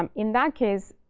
um in that case,